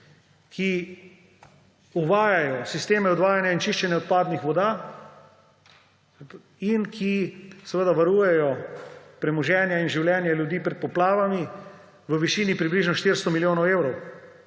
ki uvajajo sisteme odvajanja in čiščenja odpadnih voda in ki seveda varujejo premoženje in življenje ljudi pred poplavami, v višini približno 400 milijonov evrov.